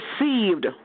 received